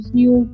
new